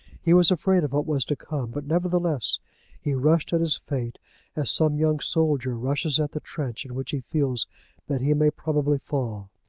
he was afraid of what was to come but nevertheless he rushed at his fate as some young soldier rushes at the trench in which he feels that he may probably fall.